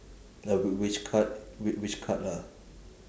like w~ which cut w~ which cut lah